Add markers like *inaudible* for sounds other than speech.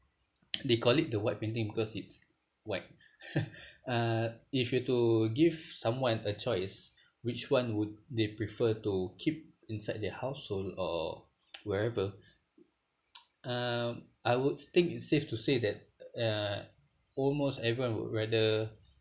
*noise* they call it the white painting because it's white *laughs* uh if you were to give someone a choice which one would they prefer to keep inside their household or *noise* wherever um I would think it's safe to say that uh almost everyone would rather